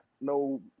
no